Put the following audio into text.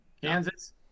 Kansas